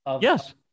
Yes